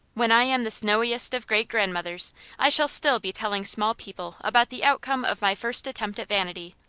when i am the snowiest of great-grandmothers, i shall still be telling small people about the outcome of my first attempt at vanity,